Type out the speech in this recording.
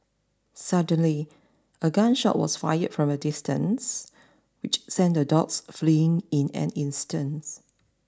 suddenly a gun shot was fired from a distance which sent the dogs fleeing in an instant